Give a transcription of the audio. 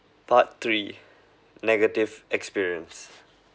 part three negative experience